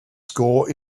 score